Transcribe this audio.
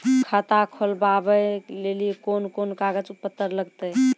खाता खोलबाबय लेली कोंन कोंन कागज पत्तर लगतै?